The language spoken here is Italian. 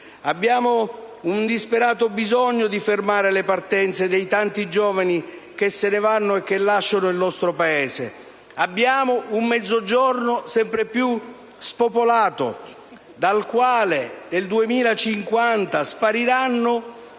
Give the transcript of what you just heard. Abbiamo un disperato bisogno di fermare le partenze dei tanti giovani che se ne vanno e che lasciano il nostro Paese. Abbiamo un Mezzogiorno sempre più spopolato dal quale, nel 2050, spariranno